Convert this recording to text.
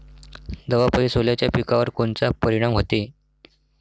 दवापायी सोल्याच्या पिकावर कोनचा परिनाम व्हते?